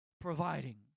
providing